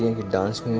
good dancer.